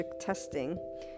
testing